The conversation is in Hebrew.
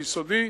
היסודי,